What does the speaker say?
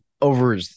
over